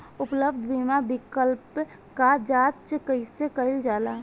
उपलब्ध बीमा विकल्प क जांच कैसे कइल जाला?